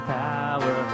power